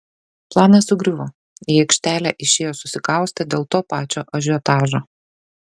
planas sugriuvo į aikštelę išėjo susikaustę dėl to pačio ažiotažo